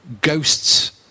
ghosts